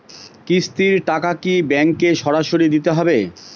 কিস্তির টাকা কি ব্যাঙ্কে সরাসরি দিতে হবে?